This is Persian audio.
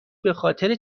بخاطر